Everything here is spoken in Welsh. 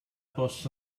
bws